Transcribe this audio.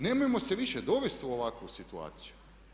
Nemojmo se više dovesti u ovakvu situaciju.